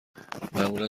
معمولا